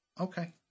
okay